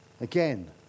Again